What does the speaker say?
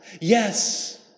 Yes